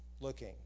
looking